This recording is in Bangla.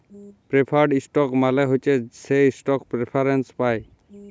প্রেফার্ড ইস্টক মালে হছে সে ইস্টক প্রেফারেল্স পায়